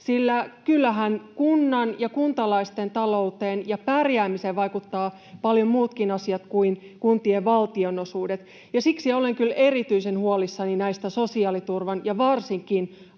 sillä kyllähän kunnan ja kuntalaisten talouteen ja pärjäämiseen vaikuttavat paljon muutkin asiat kuin kuntien valtionosuudet. Siksi olen erityisen huolissani sosiaaliturvan ja varsinkin asumistuen